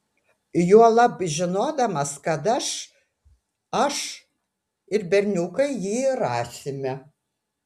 juolab žinodamas kad aš aš ir berniukai jį rasime